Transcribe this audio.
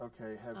okay